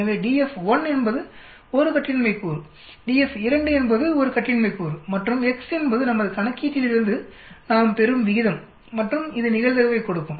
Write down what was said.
எனவே df 1 என்பது ஒரு கட்டின்மை கூறு df 2 என்பது ஒரு கட்டின்மை கூறு மற்றும் x என்பது நமது கணக்கீட்டிலிருந்து நாம் பெறும் விகிதம் மற்றும் இது நிகழ்தகவைக் கொடுக்கும்